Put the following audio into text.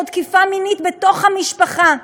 תקיפה מינית בתוך המשפחה,